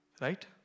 Right